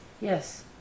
Yes